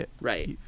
Right